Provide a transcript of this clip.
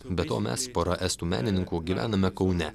be to mes pora estų menininkų gyvename kaune